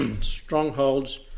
Strongholds